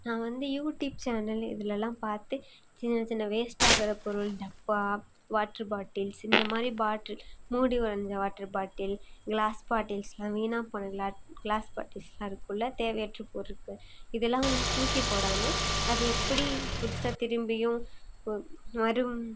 நான் வந்து YouTube channel இதுலெலாம் பார்த்து சின்ன சின்ன வேஸ்ட் ஆகிற பொருள் டப்பா வாட்ரு பாட்டில்ஸ் இந்த மாதிரி பாட்டில் மூடி உடஞ்ச வாட்ரு பாட்டில் க்ளாஸ் பாட்டில்ஸெலாம் வீணாக போன க்ளாஸ் பாட்டில்ஸெலாம் இருக்கில்ல தேவையற்ற பொருட்கள் இதெல்லாம் வந்து தூக்கி போடாமல் அதை எப்படி புதுசாக திரும்பியும் மறும்